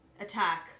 attack